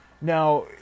now